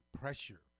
pressure